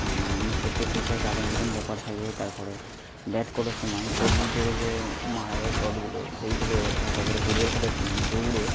হ্যাঁ মানে নিঃশ্বাস প্রশ্বাসের একটা আদান প্রদান ব্যাপার থাকে তার পরে ব্যাট করার সময় কব্জির জোরে যে মারা যায় শটগুলো সেইগুলো আর তা ছাড়া ফুটবল খেলার সময় দৌড়ে